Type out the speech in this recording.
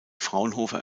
fraunhofer